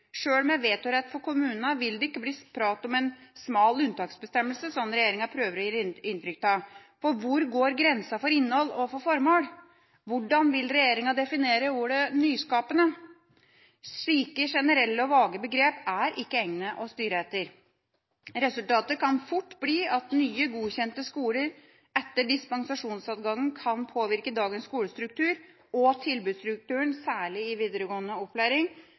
Sjøl med vetorett for kommunene vil det ikke bli snakk om en smal unntaksbestemmelse, som regjeringa prøver å gi inntrykk av, for hvor går grensa for innhold og formål? Hvordan vil regjeringa definere ordet «nyskapende»? Slike generelle og vage begrep er ikke egnet til å styre etter. Resultatet kan fort bli at nye godkjente skoler etter dispensasjonsadgangen kan påvirke dagens skolestruktur og tilbudsstrukturen, særlig i videregående opplæring,